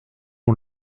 ont